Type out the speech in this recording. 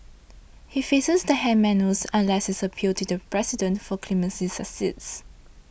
he faces the hangman's noose unless his appeal to the President for clemency succeeds